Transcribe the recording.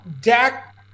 dak